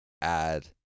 add